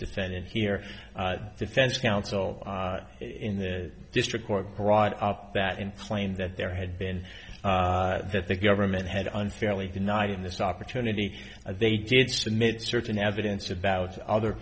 defendant here defense counsel in the district court brought up that and claimed that there had been that the government had unfairly denied in this opportunity they did submit certain evidence about other